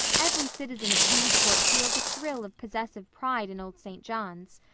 every citizen of kingsport feels a thrill of possessive pride in old st. john's,